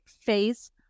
face